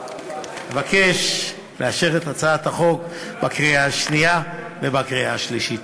אבקש לאשר את הצעת החוק בקריאה השנייה ובקריאה השלישית.